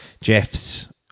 jeff's